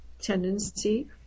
tendency